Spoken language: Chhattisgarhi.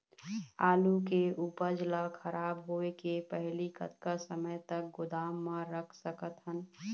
आलू के उपज ला खराब होय के पहली कतका समय तक गोदाम म रख सकत हन?